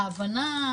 ההבנה,